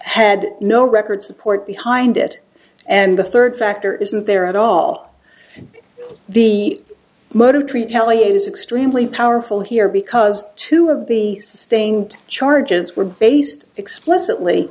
had no record support behind it and the third factor isn't there at all the motive three tele is extremely powerful here because two of the staying charges were based explicitly